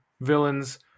villains